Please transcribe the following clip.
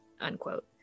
unquote